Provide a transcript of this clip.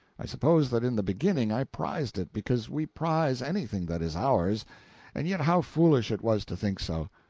i suppose that in the beginning i prized it, because we prize anything that is ours and yet how foolish it was to think so.